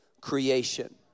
creation